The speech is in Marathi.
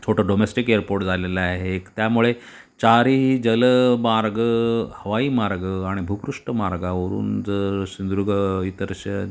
छोटं डोमेस्टिक एअरपोर्ट झालेलं आहे एक त्यामुळे चारीही जलमार्ग हवाई मार्ग आणि भूपृष्ठ मार्गावरून जर सिंधुदुर्ग इतर श